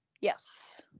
Yes